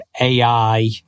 AI